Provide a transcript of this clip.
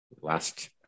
last